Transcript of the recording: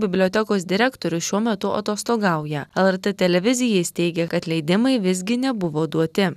bibliotekos direktorius šiuo metu atostogauja lrt televizijai jis teigė kad leidimai visgi nebuvo duoti